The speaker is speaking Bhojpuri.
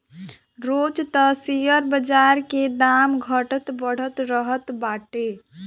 रोज तअ शेयर बाजार के दाम घटत बढ़त रहत बाटे